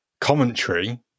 commentary